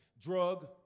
drug